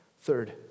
Third